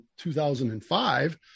2005